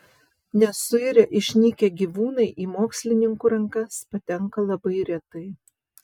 nesuirę išnykę gyvūnai į mokslininkų rankas patenka labai retai